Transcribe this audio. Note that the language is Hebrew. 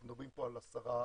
אנחנו מדברים פה על 10 BCM,